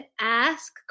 ask